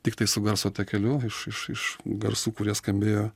tiktai su garso takeliu iš iš garsų kurie skambėjo